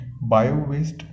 bio-waste